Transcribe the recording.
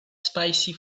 spicy